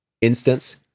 instance